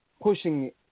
pushing